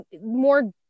more